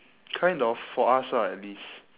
kind of for us lah at least